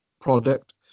product